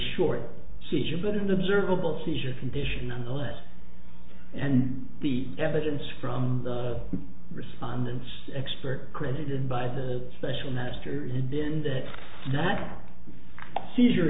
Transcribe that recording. an observable seizure condition nonetheless and the evidence from the respondents expert credited by the special masters and then that that seizure